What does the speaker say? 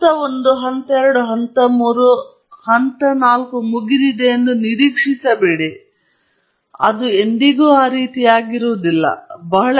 ಮೊದಲನೆಯದಾಗಿ ಅವರು ಒಂದೇ ರೀತಿ ಕಾಣುತ್ತಾರೆ ಆದರೆ ವ್ಯತ್ಯಾಸವೆಂದರೆ ಅಂಕಿ ಅಂಶವು ಕೇವಲ ಯಾವುದೇ ಉದ್ದೇಶಕ್ಕಾಗಿ ಅಗತ್ಯವಾಗಿ ರೂಪಿಸದ ಗಣಿತದ ಕಾರ್ಯವಾಗಿದೆ ಆದರೆ ಒಂದು ಅಂದಾಜು ಗಣಿತದ ಕಾರ್ಯವಾಗಿದೆ ಅದು ಮನಸ್ಸಿನಲ್ಲಿ ಸರಿ ಎಂದು ಅಂದಾಜಿಸುವ ಒಂದು ನಿರ್ದಿಷ್ಟ ಉದ್ದೇಶದಿಂದ ನಡೆಸಲ್ಪಡುತ್ತದೆ